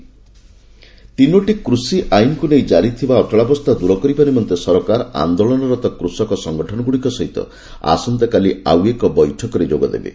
sector farmer ତିନୋଟି ନୃତନ କୃଷି ଆଇନକୁ ନେଇ ଜାରି ଥିବା ଅଚଳାବସ୍ଥା ଦୂର କରିବା ନିମନ୍ତେ ସରକାର ଆନ୍ଦୋଳନରତ କୃଷକ ସଙ୍ଗଠନଗୁଡ଼ିକ ସହିତ ଆସନ୍ତାକାଲି ଆଉ ଏକ ବୈଠକରେ ଯୋଗଦେବେ